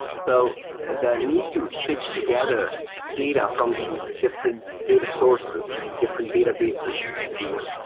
so the need to stitch together data from these different data sources, these different databases, if you will,